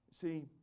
See